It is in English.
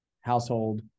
household